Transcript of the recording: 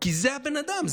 כי זה הבן אדם.